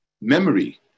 memory